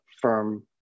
firm